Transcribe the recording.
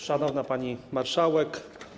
Szanowna Pani Marszałek!